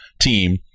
team